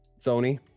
Sony